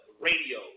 radio